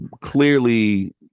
clearly